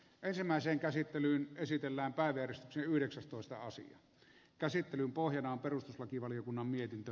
ensimmäiseen käsittelyyn esitellään päivitys yhdeksästoista asian käsittelyn pohjana on perustuslakivaliokunnan mietintö